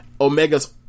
Omegas